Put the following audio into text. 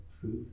truth